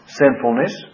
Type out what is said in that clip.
sinfulness